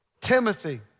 Timothy